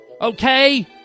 Okay